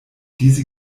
diese